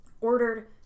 Ordered